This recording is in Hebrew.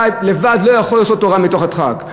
לבד לא יכול לעשות תורה מתוך הדחק.